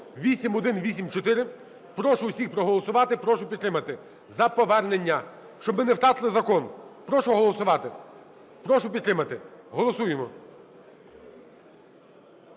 8184, прошу усіх проголосувати, прошу підтримати. За повернення, щоб ми не втратили закон. Прошу голосувати. Прошу підтримати. Голосуємо.